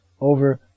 over